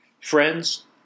Friends